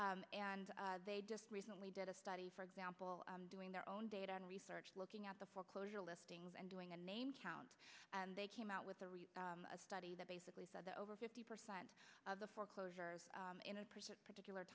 and they just recently did a study for example doing their own data on research looking at the foreclosure listings and doing a name count and they came out with a study that basically said that over fifty percent of the foreclosures particular